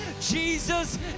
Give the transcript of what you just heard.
Jesus